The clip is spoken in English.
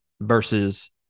versus